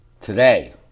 today